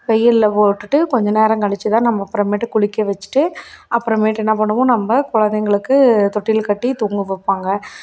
வெயில்ல போட்டுட்டு கொஞ்ச நேரங்கழித்து தான் நம்ம அப்புறமேட்டு குளிக்க வச்சிட்டு அப்புறமேட்டு என்ன பண்ணுவோம் நம்ம குழந்தைங்களுக்கு தொட்டில் கட்டி தூங்க வைப்பாங்க